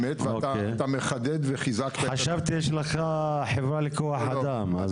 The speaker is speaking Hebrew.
אתה מחדד וחיזקת --- חשבתי שיש לך חברה לכוח אדם.